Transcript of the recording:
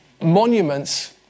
Monuments